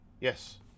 yes